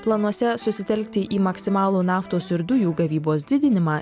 planuose susitelkti į maksimalų naftos ir dujų gavybos didinimą